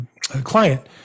client